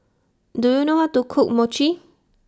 Do YOU know How to Cook Mochi